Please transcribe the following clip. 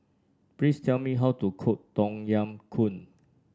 please tell me how to cook Tom Yam Goong